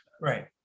right